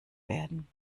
werden